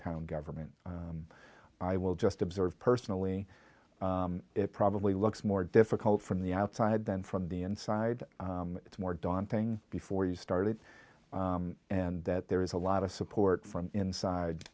town government i will just observe personally it probably looks more difficult from the outside than from the inside it's more daunting before you started and that there is a lot of support from inside